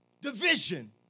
Division